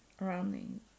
Running